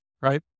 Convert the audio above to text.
right